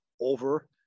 over